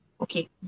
Okay